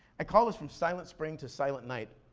i call this from silent spring to silent night,